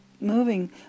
moving